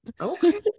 Okay